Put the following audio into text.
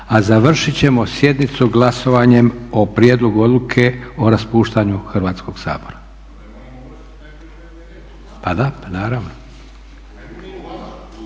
a završit ćemo sjednicu glasovanjem o prijedlogu odluke o raspuštanju Hrvatskog sabora. …/Upadica